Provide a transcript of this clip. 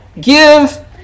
Give